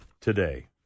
today